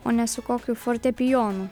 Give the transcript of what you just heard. o ne su kokiu fortepijonu